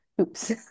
oops